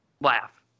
laugh